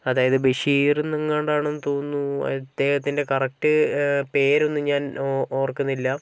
അതായത് ബഷീർ എന്നെങ്ങാണ്ടാണെന്ന് തോന്നുന്നു അദ്ദേഹത്തിൻ്റെ കറക്ട് പേര് ഒന്നും ഞാൻ ഓർക്കുന്നില്ല